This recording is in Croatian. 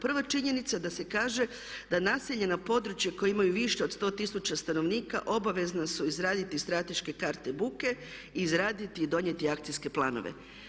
Prva činjenica je da se kaže da naseljena područja koja imaju više od 100 tisuća stanovnika obavezna su izraditi strateške karte buke i izraditi i donijeti akcijske planove.